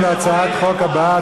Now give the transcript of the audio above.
אנחנו עוברים להצעת חוקה הבאה,